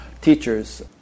teachers